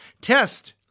Test